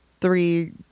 three